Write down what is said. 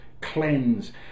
Cleanse